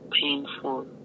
painful